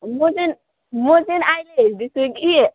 म चाहिँ म चाहिँ अहिले हेर्दैछु कि